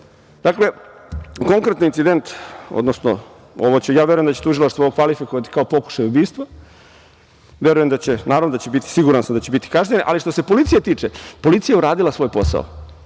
veze. Dakle, konkretno incident, odnosno ja verujem da će Tužilaštvo ovo kvalifikovati kao pokušaj ubistva, naravno da će biti, siguran sam da će biti kažnjeni. Što se policije tiče, policija je uradila svoj posao.